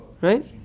Right